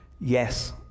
yes